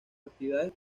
actividades